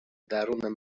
درون